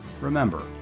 remember